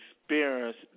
experience